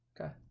Okay